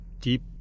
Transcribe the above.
deep